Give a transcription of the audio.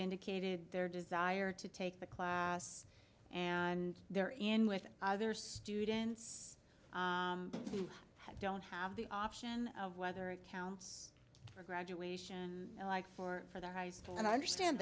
indicated their desire to take the class and they're in with other students don't have the option of whether accounts for graduation like for for the high school and i understand